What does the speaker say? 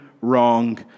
wrong